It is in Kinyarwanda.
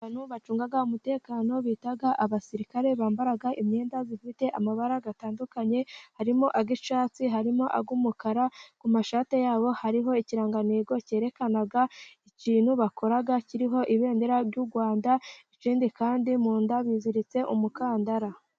Abantu bacunga umutekano bita abasirikare, bambara imyenda ifite amabara atandukanye harimo, ay'acyatsi harimo ay'umukara, ku mashati yabo hariho ikirangantego kerekana ikintu bakora kiriho ibendera ry'u Rwanda, ikindi kandi mu nda biziritse umukandara.